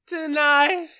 Tonight